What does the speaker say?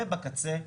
ובקצה,